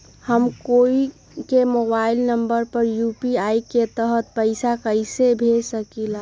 हम कोई के मोबाइल नंबर पर यू.पी.आई के तहत पईसा कईसे भेज सकली ह?